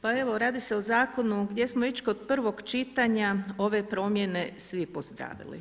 Pa evo radi e o zakonu gdje smo već kod prvog čitanja ove promjene svi pozdravili.